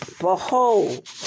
Behold